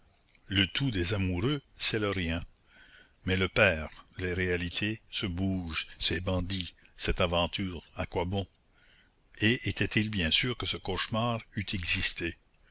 le tout des amoureux c'est le rien mais le père les réalités ce bouge ces bandits cette aventure à quoi bon et était-il bien sûr que ce cauchemar eût existé